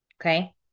Okay